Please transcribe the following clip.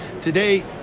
Today